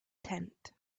tent